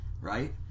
right